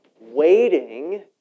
waiting